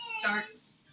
starts